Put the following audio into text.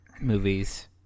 movies